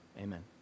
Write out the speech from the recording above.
amen